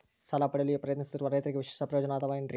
ಸಾಲ ಪಡೆಯಲು ಪ್ರಯತ್ನಿಸುತ್ತಿರುವ ರೈತರಿಗೆ ವಿಶೇಷ ಪ್ರಯೋಜನ ಅವ ಏನ್ರಿ?